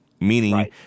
meaning –